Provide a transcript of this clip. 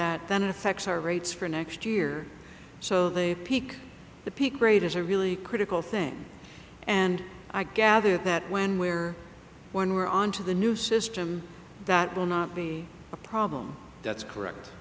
that then affects our rates for next year so they peak the peak rate is a really critical thing and i gather that when where when we're on to the new system that will not be a problem that's correct